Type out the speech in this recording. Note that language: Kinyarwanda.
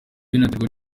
binaterwa